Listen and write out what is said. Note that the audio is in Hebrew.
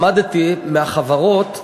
למדתי מהחברות,